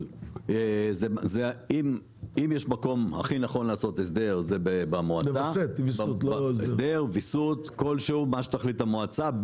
אם יש מקום הכי נכון לעשות הסדר או ויסות כלשהו זה במועצה,